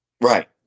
Right